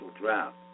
draft